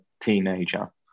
teenager